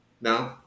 No